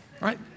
right